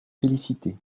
félicités